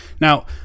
Now